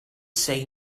say